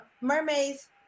mermaids